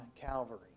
Calvary